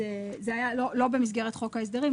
זה לא היה במסגרת חוק ההסדרים,